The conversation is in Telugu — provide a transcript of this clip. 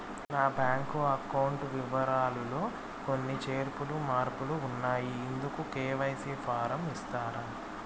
నా బ్యాంకు అకౌంట్ వివరాలు లో కొన్ని చేర్పులు మార్పులు ఉన్నాయి, ఇందుకు కె.వై.సి ఫారం ఇస్తారా?